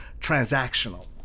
transactional